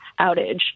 outage